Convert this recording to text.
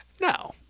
No